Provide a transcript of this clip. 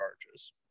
charges